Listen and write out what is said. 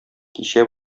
кичә